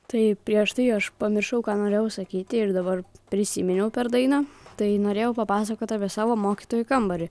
taip prieš tai aš pamiršau ką norėjau sakyti ir dabar prisiminiau per dainą tai norėjau papasakot apie savo mokytojų kambarį